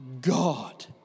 God